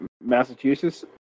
Massachusetts